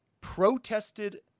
protested